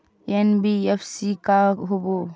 NBFC का होब?